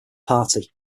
party